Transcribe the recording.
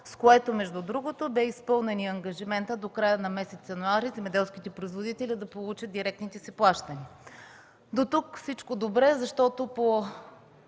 с което, между другото, бе изпълнен и ангажиментът до края на месец януари земеделските производители да получат директните си плащания. Дотук – всичко добре, защото по